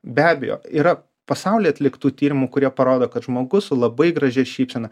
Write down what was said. be abejo yra pasaulyje atliktų tyrimų kurie parodo kad žmogus su labai gražia šypsena